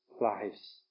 lives